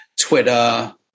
Twitter